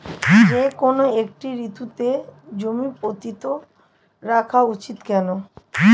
যেকোনো একটি ঋতুতে জমি পতিত রাখা উচিৎ কেন?